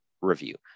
review